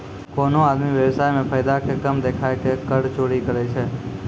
कोनो आदमी व्य्वसाय मे फायदा के कम देखाय के कर चोरी करै छै